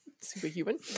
superhuman